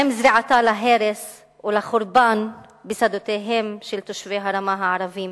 עם זריעת הרס וחורבן בשדותיהם של תושבי הרמה הערבים,